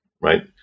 right